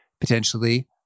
potentially